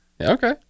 okay